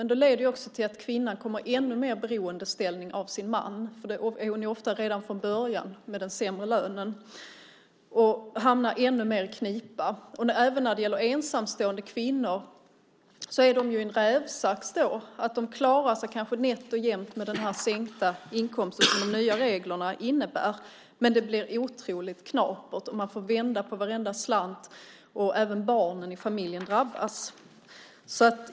Men det leder också till att kvinnan ännu mer kommer i beroendeställning i förhållande till sin man. Beroende är hon ju ofta redan från början i och med den sämre lönen. Kvinnan hamnar ännu mer i knipa. Ensamstående kvinnor är i en rävsax. De klarar sig kanske nätt och jämnt med den sänkta inkomst som de nya reglerna innebär. Det blir otroligt knapert. Man får vända på varenda slant. Även barnen i familjen drabbas.